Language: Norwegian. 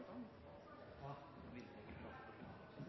Syria, vil jeg